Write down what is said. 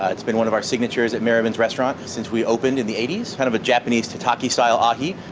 it's been one of our signatures at merriman's restaurant since we opened in the eighty s. kind of a japanese tataki-style ahi.